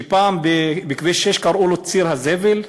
שפעם, בכביש 6, קראו לו "ציר הזבל".